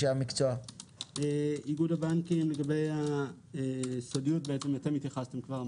איגוד הבנקים, לגבי הסודיות התייחסתם כבר.